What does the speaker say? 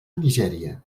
nigèria